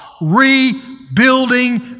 rebuilding